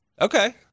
Okay